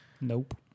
nope